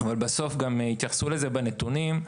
והתייחסו לזה בנתונים,